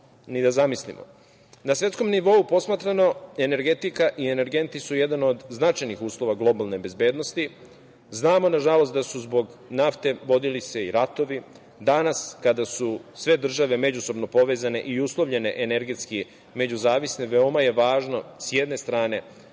ni da zamislimo. Na svetskom nivou posmatrano, energetika i energenti su jedan od značajnih uslova globalne bezbednosti. Znamo, nažalost, da su se zbog nafte vodili i ratovi. Danas, kada su sve države međusobno povezane i uslovljene, energetski međuzavisne, veoma je važno sa jedne strane